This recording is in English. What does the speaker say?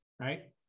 right